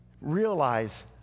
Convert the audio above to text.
realize